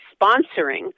sponsoring